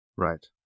Right